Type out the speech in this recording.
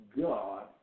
God